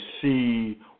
see